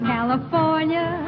California